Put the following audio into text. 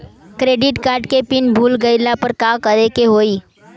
Credit card के PIN भूल गईला पर का करे के होई?